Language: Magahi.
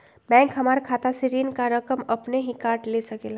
बैंक हमार खाता से ऋण का रकम अपन हीं काट ले सकेला?